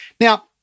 Now